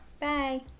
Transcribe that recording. bye